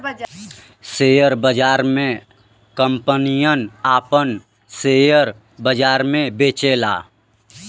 share बाजार मे कंपनियन आपन सेअर बाजार मे बेचेला